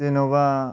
जेन'बा